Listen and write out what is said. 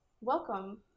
Welcome